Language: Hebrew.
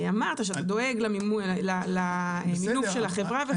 אמרת שאתה דואג למינוף של החברה וכו',